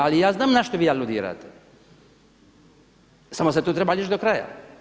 Ali ja znam na šta vi aludirate, samo se to treba reći do kraja.